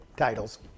titles